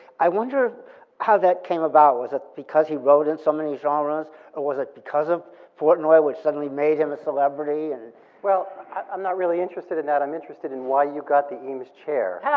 i wonder how that came about. was it because he wrote in so many genres or was it because of portnoy, which suddenly made him a celebrity? and well, i'm not really interested in that. i'm interested in why you got the eames chair. yeah